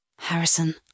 Harrison